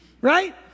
right